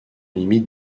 limite